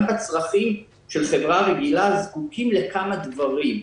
בצרכים של חברה רגילה זקוקים לכמה דברים.